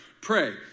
pray